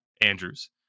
Andrews